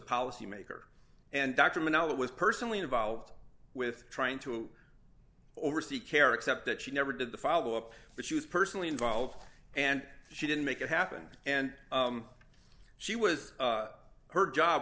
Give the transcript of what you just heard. policy maker and dr monella was personally involved with trying to oversee care except that she never did the follow up but she was personally involved and she didn't make it happen and she was her job